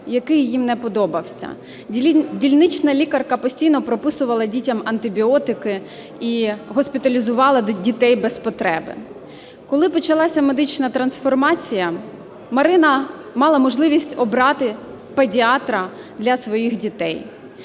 який їм не подобався, дільнична лікарка постійно прописувала дітям антибіотики і госпіталізувала дітей без потреби. Коли почалася медична трансформація, Марина мала можливість обрати педіатра для своїх дітей.